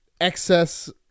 excess